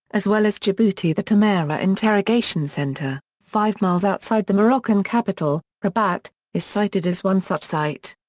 as well as djibouti the temara interrogation centre, five miles outside the moroccan capital, rabat, is cited as one such site.